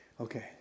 Okay